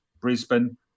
Brisbane